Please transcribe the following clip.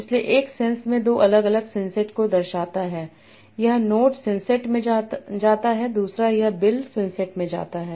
इसलिए एक सेंस में दो अलग अलग सिंसेट को दर्शाता है यह नोट सिंसेट में जाता है दूसरा यह बिल सिंसेट में जाता है